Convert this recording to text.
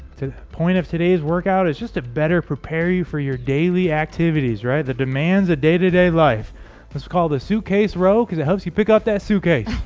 to the point of today's workout is just to better prepare you for your daily activities right the demands a day-to-day life let's call the suitcase row because it helps you pick up that suitcase